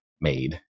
made